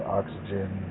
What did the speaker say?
oxygen